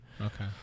Okay